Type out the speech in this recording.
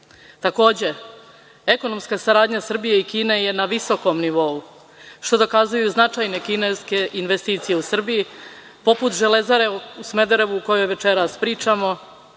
UN.Takođe, ekonomska saradnja Srbije i Kine je na visokom nivou, što dokazuju značajne kineske investicije u Srbiji poput „Železare“ u Smederevu, o kojoj večeras pričamo,